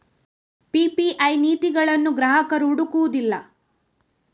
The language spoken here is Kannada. ಪಿ.ಪಿ.ಐ ನೀತಿಗಳನ್ನು ಗ್ರಾಹಕರು ಹುಡುಕುವುದಿಲ್ಲ